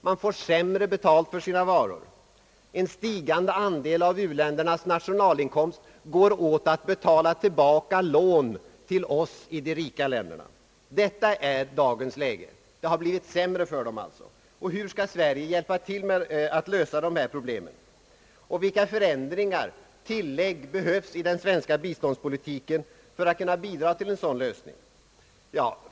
Man får sämre betalt för sina varor. En stigande andel av u-ländernas nationalinkomst går åt för att betala tillbaka lån till oss rika länder. Detta är dagens läge. Hur skall Sverige hjälpa till att lösa dessa problem? Vilka förändringar och tillägg behövs i den svenska biståndspolitiken för att kunna bidra till en sådan lösning?